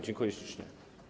Dziękuję ślicznie.